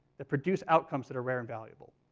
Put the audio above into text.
that produce outcomes that are rare and valuable,